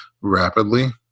rapidly